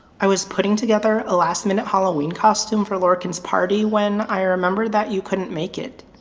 i was putting together a last minute halloween costume for lorcan's party when i remembered that you couldn't make it.